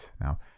Now